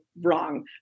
wrong